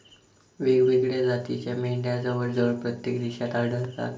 वेगवेगळ्या जातीच्या मेंढ्या जवळजवळ प्रत्येक देशात आढळतात